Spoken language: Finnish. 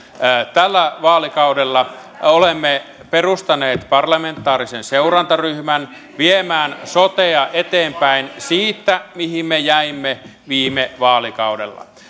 tällä vaalikaudella olemme perustaneet parlamentaarisen seurantaryhmän viemään sotea eteenpäin siitä mihin me jäimme viime vaalikaudella